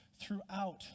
throughout